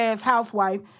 housewife